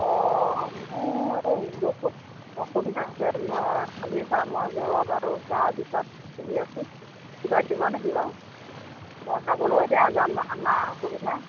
অ' মোৰ বহুত অসুবিধা হৈছে মই কালিৰ পৰা মই জ্বৰত আৰু গা বিষত ভুগি আছোঁ কিবা দিব নেকি বাৰু যাবলৈও এতিয়া যান বাহন নাই অসুবিধা